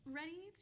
ready